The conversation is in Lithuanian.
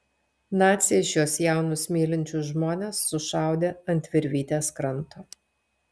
naciai šiuos jaunus mylinčius žmones sušaudė ant virvytės kranto